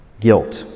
guilt